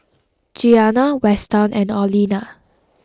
Gianna Weston and Orlena